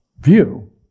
view